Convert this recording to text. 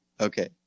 okay